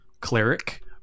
cleric